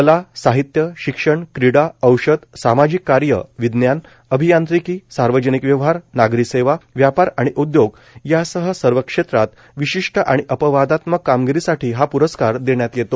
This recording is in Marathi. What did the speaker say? कला साहित्य शिक्षण क्रीडा औषध सामाजिक कार्य विज्ञान अभियांत्रिकी सार्वजनिक व्यवहार नागरी सव्वा व्यापार आणि उद्योग यासह सर्व क्षम्रात विशिष्ट आणि अपवादात्मक कामगिरीसाठी हा प्रस्कार दप्रयात यप्तो